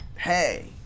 hey